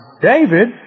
David